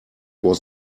was